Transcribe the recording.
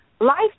Life